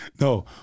No